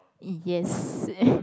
it yes